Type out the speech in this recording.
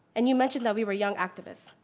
and you mentioned that we were young activists,